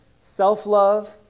self-love